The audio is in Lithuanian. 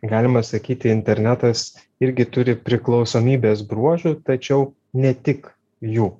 galima sakyti internetas irgi turi priklausomybės bruožų tačiau ne tik jų